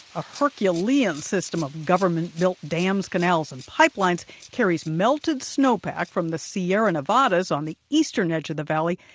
a herculean system of government-built dams, canals and pipelines carries melted snowpack from the sierra nevadas on the eastern edge of the valley,